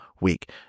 week